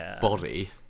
body